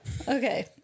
Okay